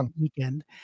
weekend